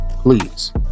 please